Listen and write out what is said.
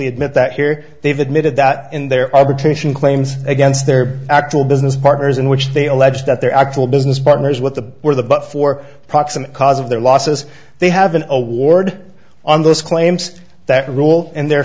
admit that here they've admitted that in their arbitration claims against their actual business partners in which they allege that their actual business partners with the or the but for proximate cause of their losses they have an award on those claims that rule in their